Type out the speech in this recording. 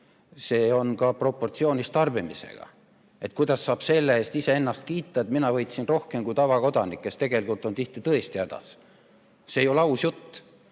See on ka proportsioonis tarbimisega. Kuidas saab selle eest iseennast kiita, et mina võitsin rohkem kui tavakodanik, kes tegelikult on tihti tõesti hädas? See ei ole aus jutt.